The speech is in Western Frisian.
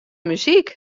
muzyk